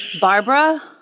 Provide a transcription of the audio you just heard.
Barbara